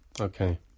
Okay